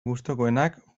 gustukoenak